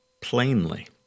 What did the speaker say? plainly